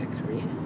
Korea